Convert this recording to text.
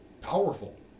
powerful